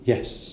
Yes